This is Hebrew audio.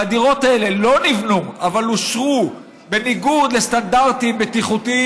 והדירות האלה לא נבנו אבל אושרו בניגוד לסטנדרטים בטיחותיים,